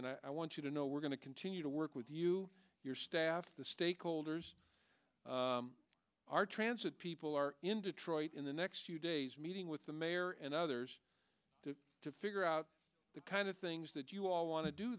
and i want you to know we're going to continue to work with you your staff the stakeholders our transit people are in detroit in the next few days meeting with the mayor and others to figure out the kind of things that you all want to do